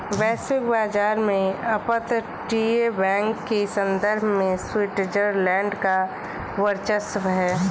वैश्विक बाजार में अपतटीय बैंक के संदर्भ में स्विट्जरलैंड का वर्चस्व है